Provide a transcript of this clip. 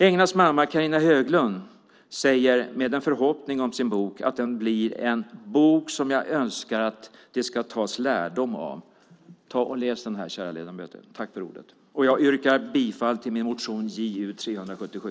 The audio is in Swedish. Englas mamma, Carina Höglund, säger att förhoppningen är att hennes bok blir "en bok som jag önskar att det skall tas lärdom av". Läs den, kära ledamöter! Jag yrkar bifall till min motion Ju377.